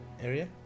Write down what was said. area